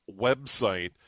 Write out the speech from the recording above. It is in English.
website